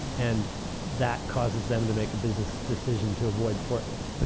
and that causes them to make a business decision to avoid portland. but